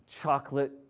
Chocolate